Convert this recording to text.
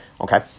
okay